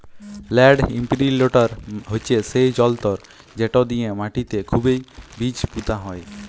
land ইমপিরিলটর হছে সেই জলতর্ যেট দিঁয়ে মাটিতে খুবই বীজ পুঁতা হয়